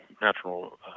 natural